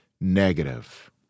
negative